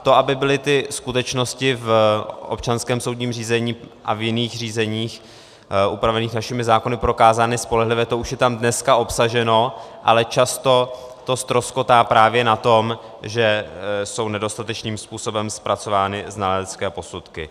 To, aby byly ty skutečnosti v občanském soudním řízení a v jiných řízeních upravených našimi zákony prokázány spolehlivě, to už je tam dneska obsaženo, ale často to ztroskotá právě na tom, že jsou nedostatečným způsobem zpracovány znalecké posudky.